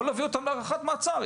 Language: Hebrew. או להביא אותם להארכת מעצר.